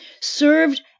served